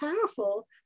powerful